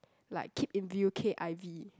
like keep in view K_I_V